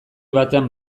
batean